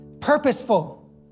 purposeful